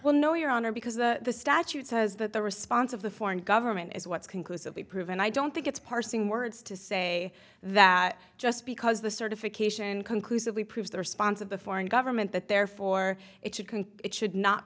well no your honor because the statute says that the response of the foreign government is what's conclusively proven i don't think it's parsing words to say that just because the certification conclusively proves the response of the foreign government that therefore it can it should not